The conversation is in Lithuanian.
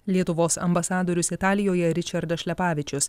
lietuvos ambasadorius italijoje ričardas šlepavičius